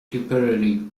tipperary